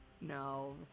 No